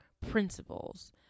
principles